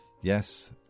Yes